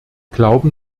glauben